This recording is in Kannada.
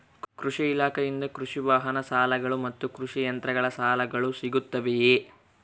ಕೃಷಿ ಇಲಾಖೆಯಿಂದ ಕೃಷಿ ವಾಹನ ಸಾಲಗಳು ಮತ್ತು ಕೃಷಿ ಯಂತ್ರಗಳ ಸಾಲಗಳು ಸಿಗುತ್ತವೆಯೆ?